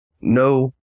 No